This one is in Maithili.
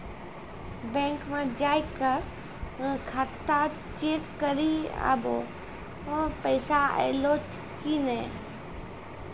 बैंक मे जाय के खाता चेक करी आभो पैसा अयलौं कि नै